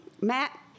Matt